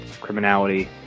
criminality